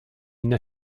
une